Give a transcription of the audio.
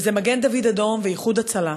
וזה מגן-דוד-אדום ו"איחוד הצלה".